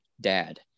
dad